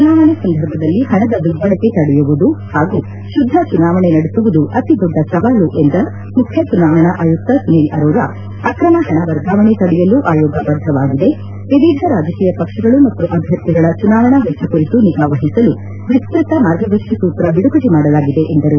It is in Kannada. ಚುನಾವಣೆ ಸಂದರ್ಭದಲ್ಲಿ ಹಣದ ದುರ್ಬಳಕೆ ತಡೆಯುವುದು ಹಾಗೂ ಶುದ್ದ ಚುನಾವಣೆ ನಡೆಸುವುದು ಅತಿ ದೊಡ್ಡ ಸವಾಲು ಎಂದ ಮುಖ್ಯ ಚುನಾವಣಾ ಆಯುಕ್ತ ಸುನೀಲ್ ಅರೋರಾ ಅಕ್ರಮ ಹಣ ವರ್ಗಾವಣೆ ತಡೆಯಲು ಆಯೋಗ ಬದ್ದವಾಗಿದೆ ವಿವಿಧ ರಾಜಕೀಯ ಪಕ್ಷಗಳು ಮತ್ತು ಅಭ್ಯರ್ಥಿಗಳ ಚುನಾವಣಾ ವೆಚ್ಲ ಕುರಿತು ನಿಗಾ ವಹಿಸಲು ವಿಸ್ತತ ಮಾರ್ಗದರ್ಶಿ ಸೂತ್ರ ಬಿಡುಗಡೆ ಮಾಡಲಾಗಿದೆ ಎಂದರು